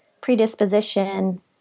predisposition